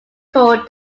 called